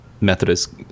Methodist